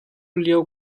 lio